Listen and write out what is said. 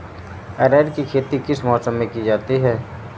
अरहर की खेती किस मौसम में की जाती है?